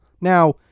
now